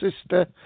sister